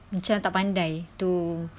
macam tak pandai to